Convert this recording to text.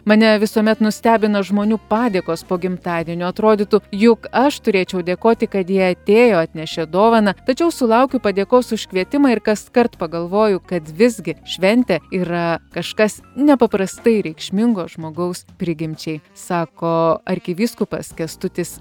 mane visuomet nustebina žmonių padėkos po gimtadienio atrodytų juk aš turėčiau dėkoti kad jie atėjo atnešė dovaną tačiau sulaukiu padėkos už kvietimą ir kaskart pagalvoju kad visgi šventė yra kažkas nepaprastai reikšmingo žmogaus prigimčiai sako arkivyskupas kęstutis